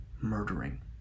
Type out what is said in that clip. murdering